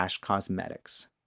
cosmetics